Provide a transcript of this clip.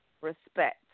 respect